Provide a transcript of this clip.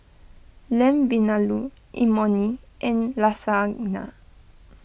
Lamb Vindaloo Imoni and Lasagna